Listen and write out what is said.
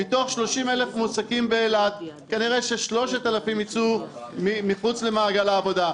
מתוך 30,000 מועסקים באילת כנראה ש-3,000 ייצאו ממעגל העבודה.